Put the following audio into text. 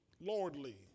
Lordly